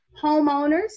homeowners